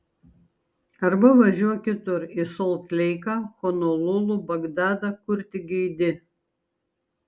arba važiuok kitur į solt leiką honolulu bagdadą kur tik geidi